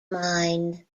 mind